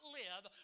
live